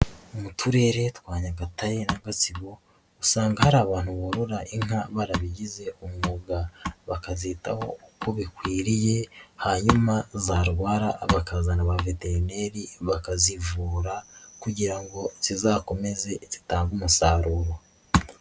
Mu Turere twa Nyagatare na Gatsibo usanga hari abantu borora inka barabigize umwuga bakazitaho uko bikwiriye hanyuma zarwara bakazana baveterineri bakazivura kugira ngo zizakomeze zitange umusaruro.